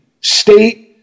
state